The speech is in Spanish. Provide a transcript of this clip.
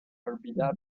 olvidaba